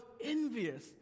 envious